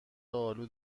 آلو